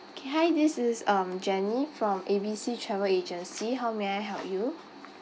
K hi this is um jenny from A B C travel agency how may I help you